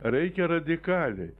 reikia radikaliai